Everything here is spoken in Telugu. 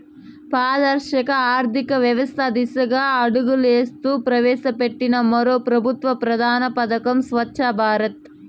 పారదర్శక ఆర్థికవ్యవస్త దిశగా అడుగులేస్తూ ప్రవేశపెట్టిన మరో పెబుత్వ ప్రధాన పదకం స్వచ్ఛ భారత్